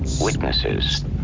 witnesses